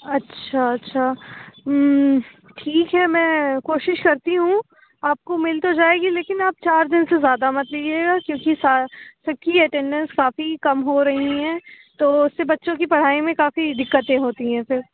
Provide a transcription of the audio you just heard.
اچھا اچھا ٹھیک ہے میں کوشش کرتی ہوں آپ کو مل تو جائے گی لیکن آپ چار دِن سے زیادہ مت لیجیے گا کیونکہ چھٹی اٹینڈینس کافی کم ہو رہی ہیں تو اُس سے بچوں کی پڑھائی میں کافی دکتیں ہوتی ہیں پھر